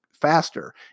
faster